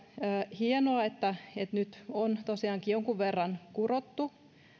hienoa että nyt on tosiaankin jonkun verran kurottu